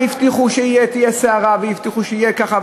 הבטיחו שתהיה סערה והבטיחו שיהיה ככה,